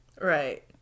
right